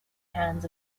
hands